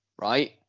right